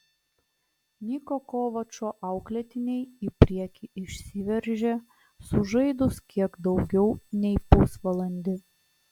niko kovačo auklėtiniai į priekį išsiveržė sužaidus kiek daugiau nei pusvalandį